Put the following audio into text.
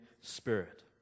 spirit